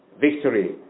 victory